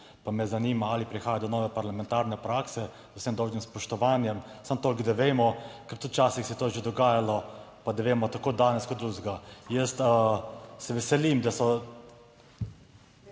pa me zanima, ali prihaja do nove parlamentarne prakse. Z vsem dolžnim spoštovanjem, samo toliko, da vemo, ker tudi včasih se je to že dogajalo, pa da vemo tako danes kot drugega, jaz se veselim, da so,